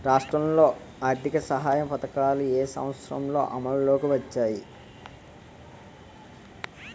రాష్ట్రంలో ఆర్థిక సహాయ పథకాలు ఏ సంవత్సరంలో అమల్లోకి వచ్చాయి?